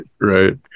right